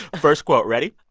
first quote, ready?